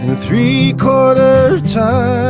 three quarter time